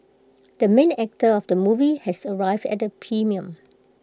the main actor of the movie has arrived at the premiere